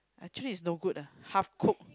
actually is no good ah half cook